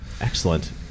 Excellent